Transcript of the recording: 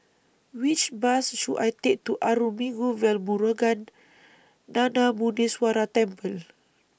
Which Bus should I Take to Arulmigu Velmurugan Gnanamuneeswarar Temple